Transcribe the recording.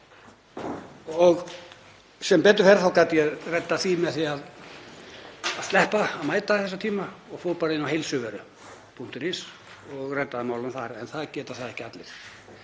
Sem betur fer þá gat ég reddað því með því að sleppa að mæta á þessum tíma og fór inn á Heilsuveru og reddaði málunum þar. En það geta það ekki allir.